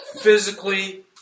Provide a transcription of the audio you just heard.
physically